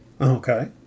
Okay